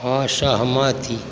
असहमति